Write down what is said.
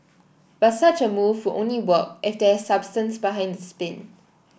but such a move will only work if there is substance behind the spin